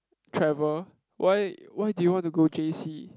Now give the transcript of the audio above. travel why why did you want go j_c